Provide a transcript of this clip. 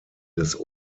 des